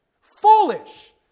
Foolish